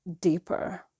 deeper